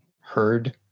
heard